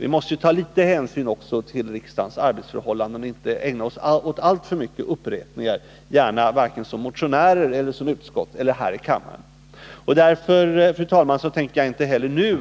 Vi måste också ta litet hänsyn till riksdagens arbetsförhållanden och inte ägna oss alltför mycket åt upprepanden vare sig i motioner, i utskottsarbetet eller i debatter här i kammaren. Därför, fru talman, tänker jag inte heller nu